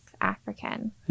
African